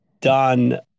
done